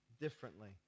differently